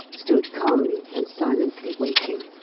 stood calmly and silently waiting.